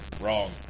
Wrong